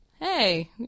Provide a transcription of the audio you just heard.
hey